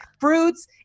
fruits